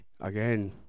again